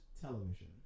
television